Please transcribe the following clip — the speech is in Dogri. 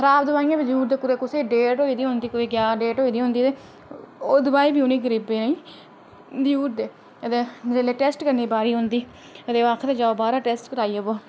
खराब दवाइयां बी देई ओड़दे कुसै दी क्या डेट होई गेदी होंदी ओह् दवाई बी उनें गरीबें गी देई ओड़दे की जाओ बाह्रा टेस्ट कराई आवेओ